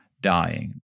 dying